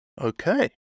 Okay